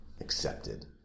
accepted